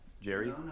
Jerry